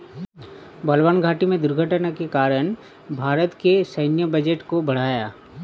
बलवान घाटी में दुर्घटना के कारण भारत के सैन्य बजट को बढ़ाया